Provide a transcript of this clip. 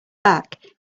back